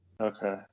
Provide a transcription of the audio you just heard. Okay